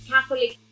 Catholic